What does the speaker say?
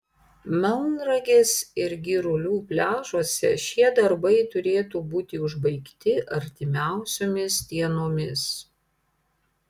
melnragės ir girulių pliažuose šie darbai turėtų būti užbaigti artimiausiomis dienomis